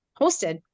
hosted